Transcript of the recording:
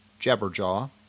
Jabberjaw